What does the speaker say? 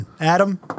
Adam